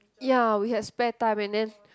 ya we have spare time and then